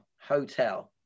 Hotel